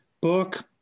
book